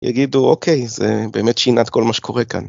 יגידו אוקיי זה באמת שינה את כל מה שקורה כאן.